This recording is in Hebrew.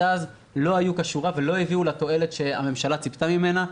אז לא היו כשורה ולא הביאו לתועלת שהממשלה צפתה ממנה.